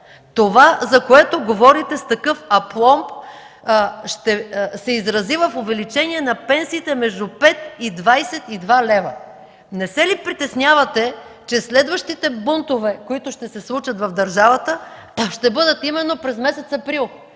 Това, за което говорите с такъв апломб, ще се изрази в увеличение на пенсиите между 5 и 22 лв.! Не се ли притеснявате, че следващите бунтове, които ще се случат в държавата, ще бъдат именно през месец април